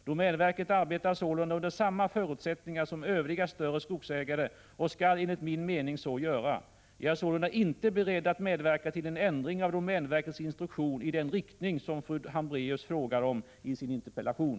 Domänverket arbetar sålunda under samma förutsättningar som Övriga större skogsägare och skall enligt min mening så göra. Jag är sålunda inte beredd att medverka till en ändring av domänverkets instruktion i den riktning som fru Hambraeus frågar om i sin interpellation.